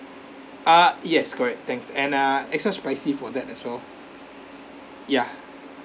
ah yes correct thanks and uh extra spicy for that as well ya